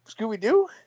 Scooby-Doo